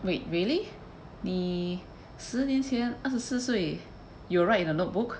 wait really 你十年前二十四岁 you will write in a notebook